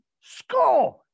score